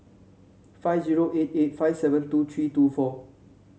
five zero eight eight five seven two three two four